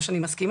לא שאני מסכימה,